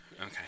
Okay